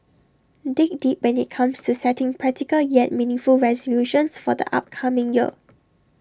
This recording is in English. dig deep when IT comes to setting practical yet meaningful resolutions for the upcoming year